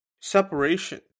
separation